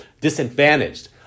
disadvantaged